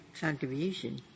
contribution